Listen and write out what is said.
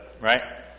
right